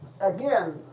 again